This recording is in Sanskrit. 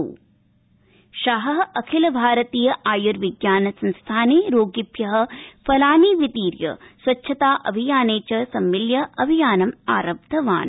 श्रीशाह अखिलभारतीय आयर्विज्ञानसंस्थाने रोगिभ्य फलानि वितीर्य स्वच्छता अभियाने च सम्मिल्य आभियानम् आरब्धवान्